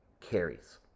carries